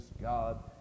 god